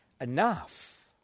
enough